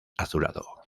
azulado